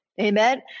Amen